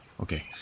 okay